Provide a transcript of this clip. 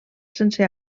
sense